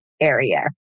area